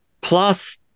plus